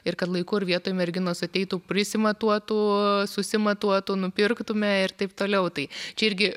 ir kad laiku ir vietoj merginos ateitų prisimatuotų susimatuotų nupirktume ir taip toliau tai čia irgi